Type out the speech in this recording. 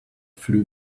flew